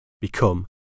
become